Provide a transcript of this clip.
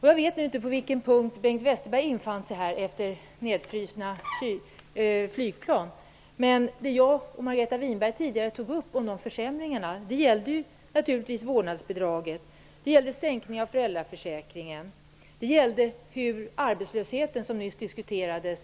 Jag vet inte när Bengt Westerberg infann sig här efter händelsen med det nedfrysta flygplanet, så jag kan nämna det som jag och Margareta Winberg tidigare tog upp angående dessa försämringar. Det gällde naturligtvis vårdnadsbidraget och sänkningen av nivån i föräldraförsäkringen. Det gällde också arbetslösheten, som nyss diskuterades.